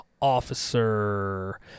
officer